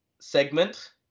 segment